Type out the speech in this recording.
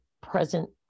present